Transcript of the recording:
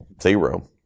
Zero